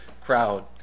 crowd